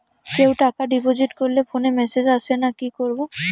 কেউ টাকা ডিপোজিট করলে ফোনে মেসেজ আসেনা কি করবো?